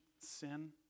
sin